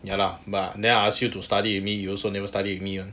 ya lah but then I ask you to study with me you also never study with me [one]